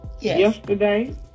yesterday